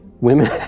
Women